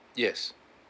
yes